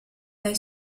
dai